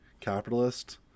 capitalist